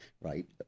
right